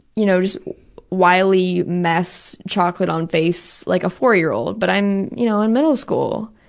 you know wily mess, chocolate on face like a four-year-old, but i'm you know in middle school.